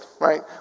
right